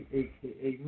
aka